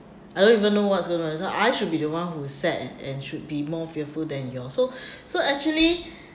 I don't even know what's going on so I should be the one who's sad and and should be more fearful than you all so so actually